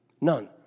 None